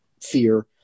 fear